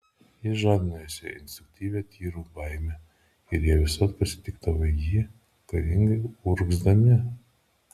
jis žadino juose instinktyvią tyrų baimę ir jie visad pasitikdavo jį karingai urgzdami